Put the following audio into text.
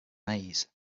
maze